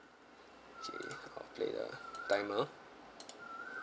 okay I'll play the timer